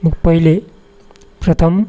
मग पहिले प्रथम